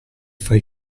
fai